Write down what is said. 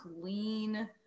clean